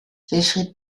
wilfried